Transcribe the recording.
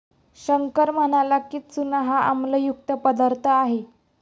शंकर म्हणाला की, चूना हा आम्लयुक्त पदार्थ आहे